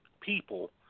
people